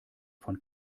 von